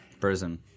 prison